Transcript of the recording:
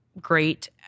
great